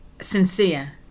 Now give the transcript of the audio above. sincere